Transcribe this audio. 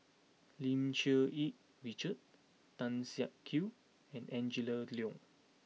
Lim Cherng Yih Richard Tan Siak Kew and Angela Liong